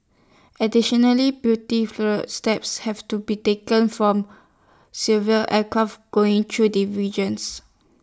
additionally beauty through steps have to be taken from aircraft going through the regions